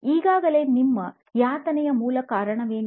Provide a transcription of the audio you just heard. ಹಾಗಾದರೆ ನಿಮ್ಮ ಯಾತನೆಯ ಮೂಲ ಕಾರಣವೇನು